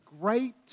great